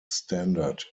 standard